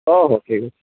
ହଉ ହଉ ଠିକ୍ ଅଛି